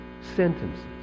sentences